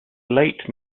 late